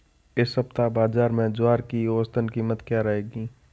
इस सप्ताह बाज़ार में ज्वार की औसतन कीमत क्या रहेगी?